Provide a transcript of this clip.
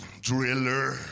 driller